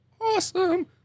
awesome